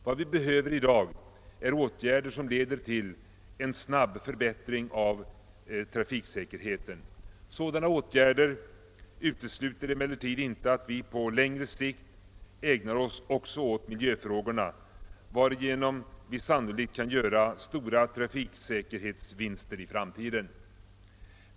Vad vi behöver i dag är åtgärder som leder till en snabb förbättring av trafiksäkerheten. Sådana åtgärder utesluter emellertid inte att vi på längre sikt ägnar oss också åt miljöfrågorna, varigenom vi sannolikt kan göra stora trafiksäkerhetsvinster i framtiden.